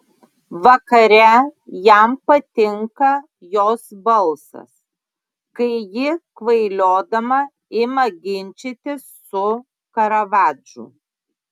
vakare jam patinka jos balsas kai ji kvailiodama ima ginčytis su karavadžu